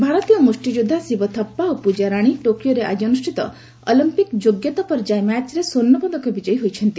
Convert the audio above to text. boxing ଭାରତୀୟ ମୁଷ୍ଟିଯୋଦ୍ଧା ଶିବ ଥାପ୍ପା ଓ ପୂଜା ରାଣୀ ଟୋକିଓରେ ଆଜି ଅନୁଷ୍ଠିତ ଅଲମ୍ପିକ୍ ଯୋଗ୍ୟତା ପର୍ଯ୍ୟାୟ ମ୍ୟାଚ୍ରେ ସ୍ୱର୍ଷପଦକ ବିଜୟୀ ହୋଇଛନ୍ତି